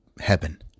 heaven